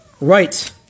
right